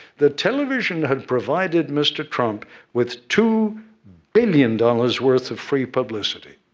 that television had provided mr. trump with two billion dollars worth of free publicity.